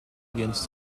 against